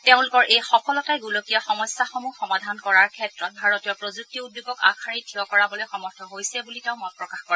তেওঁলোকৰ এই সফলতাই গোলকীয় সমস্যাসমূহ সমাধান কৰাৰ ক্ষেত্ৰত ভাৰতীয় প্ৰযুক্তি উদ্যোগক আগশাৰীত থিয় কৰাবলৈ সমৰ্থ হৈছে বুলি তেওঁ মত প্ৰকাশ কৰে